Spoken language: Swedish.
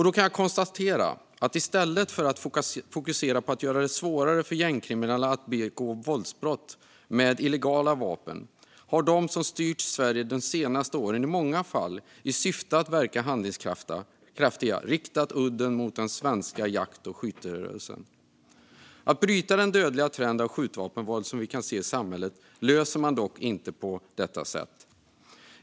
Då kan jag konstatera att i stället för att fokusera på att göra det svårare för gängkriminella att begå våldsbrott med illegala vapen har de som styrt Sverige de senaste åren i många fall - i syfte att verka handlingskraftiga - riktat udden mot den svenska jakt och skytterörelsen. Att bryta den dödliga trend av skjutvapenvåld som vi kan se i samhället gör man dock inte på detta sätt.